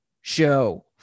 show